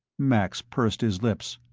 max pursed his lips.